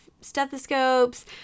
stethoscopes